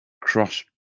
Cross